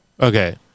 okay